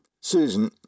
Susan